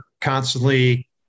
constantly